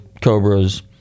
cobras